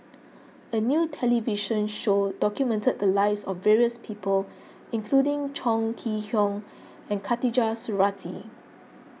a new television show documented the lives of various people including Chong Kee Hiong and Khatijah Surattee